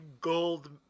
gold